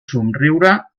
somriure